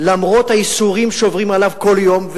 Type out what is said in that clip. למרות הייסורים שעברו עליו כל יום,